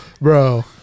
Bro